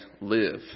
live